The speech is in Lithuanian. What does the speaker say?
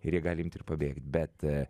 ir jie gali imti ir pabėgt bet